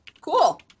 cool